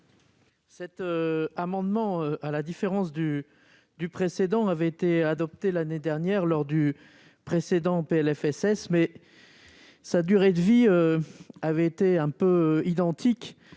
Cet amendement, à la différence du précédent, avait été adopté l'année dernière, mais sa durée de vie avait été un peu identique